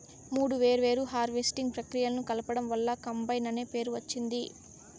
మూడు వేర్వేరు హార్వెస్టింగ్ ప్రక్రియలను కలపడం వల్ల కంబైన్ అనే పేరు వచ్చింది